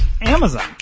Amazon